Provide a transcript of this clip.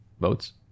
votes